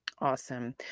Awesome